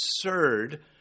absurd